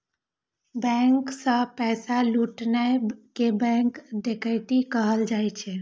bank सं पैसा लुटनाय कें बैंक डकैती कहल जाइ छै